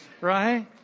Right